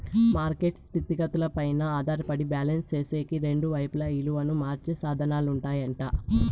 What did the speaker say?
market స్థితిగతులపైనే ఆధారపడి balance సేసేకి రెండు వైపులా ఇలువను మార్చే సాధనాలుంటాయట